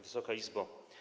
Wysoka Izbo!